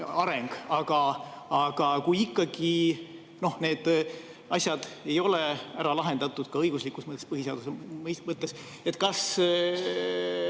areng. Aga kui ikkagi need asjad ei ole ära lahendatud ka õiguslikus mõttes, põhiseaduse mõttes, siis